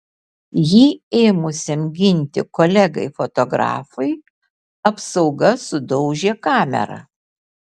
jį ėmusiam ginti kolegai fotografui apsauga sudaužė kamerą